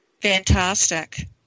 Fantastic